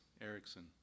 Erickson